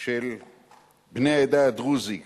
של בני העדה הדרוזית